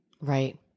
Right